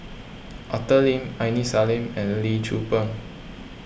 Arthur Lim Aini Salim and Lee Tzu Pheng